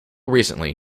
recently